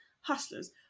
Hustlers